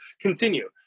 continue